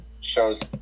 shows